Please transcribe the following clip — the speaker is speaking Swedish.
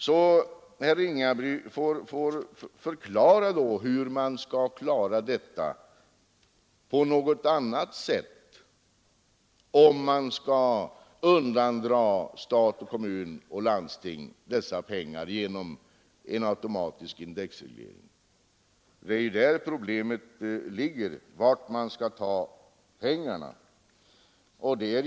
Herr Ringaby får förklara, hur problemet skall kunna lösas på något annat sätt, om pengar skall undandras stat, kommuner och landsting genom en automatisk indexreglering. Varifrån skall pengarna tas? Det är ju där problemet ligger.